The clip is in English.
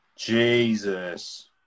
Jesus